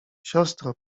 siostro